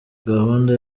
gahunda